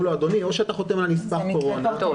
זה מקרה פרטני.